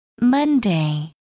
Monday